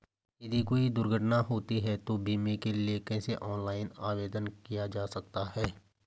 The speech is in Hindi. यदि कोई दुर्घटना होती है तो बीमे के लिए कैसे ऑनलाइन आवेदन किया जा सकता है?